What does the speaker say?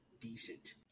decent